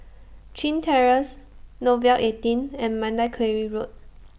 Chin Terrace Nouvel eighteen and Mandai Quarry Road